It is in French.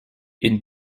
une